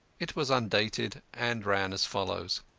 it was undated, and ran as follows